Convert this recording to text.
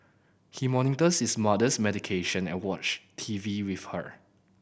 he monitors his mother's medication and watch T V with her